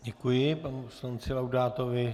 Děkuji panu poslanci Laudátovi.